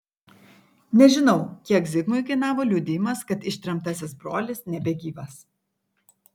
nežinau kiek zigmui kainavo liudijimas kad ištremtasis brolis nebegyvas